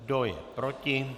Kdo je proti?